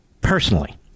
personally